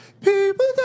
people